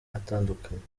atandukanye